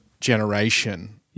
generation